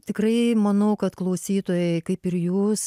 tikrai manau kad klausytojai kaip ir jūs